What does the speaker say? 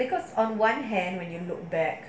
because on one hand when you look back